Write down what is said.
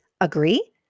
Agree